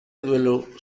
duelo